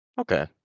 Okay